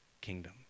kingdom